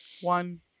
One